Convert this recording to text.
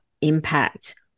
impact